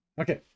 Okay